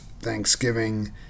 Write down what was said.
Thanksgiving